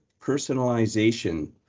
personalization